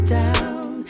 down